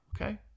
Okay